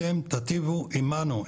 אתם תטיבו עמנו,